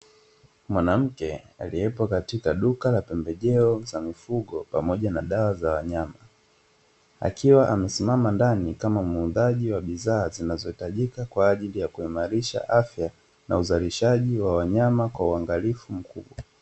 Mwanamke aliyepo katika duka la pembejeo za mifugo pamoja na dawa za wanyama, akiwa amesimama ndani kama muuzaji wa bidhaa zinazohitajika kwaajili ya kuimarisha afya na uzalishaji wa wanyama kwa uangalifu mkubwa.